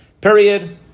period